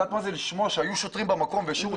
את יודעת מה זה לשמוע שהיו שוטרים במקום והשאירו